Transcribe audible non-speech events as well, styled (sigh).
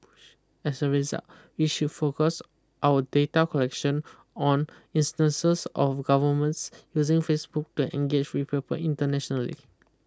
(hesitation) as a result we should focus our data collection on instances of governments using Facebook to engage with people internationally